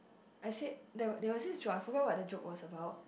I said there was there was this joke I forgot what the joke was about